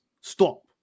Stop